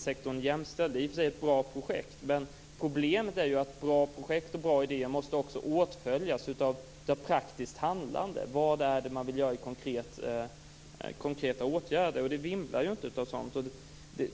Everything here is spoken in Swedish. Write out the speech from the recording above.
Det är i och för sig ett bra projekt, men problemet är att också bra idéer och projekt måste åtföljas av praktiskt handlande. Vilka konkreta åtgärder vill man vidta? Det vimlar ju inte av sådana.